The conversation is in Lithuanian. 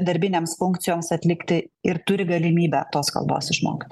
darbinėms funkcijoms atlikti ir turi galimybę tos kalbos išmokti